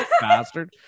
bastard